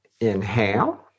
Inhale